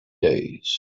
days